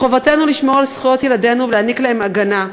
מחובתנו לשמור על זכויות ילדינו ולהעניק להם הגנה.